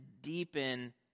deepen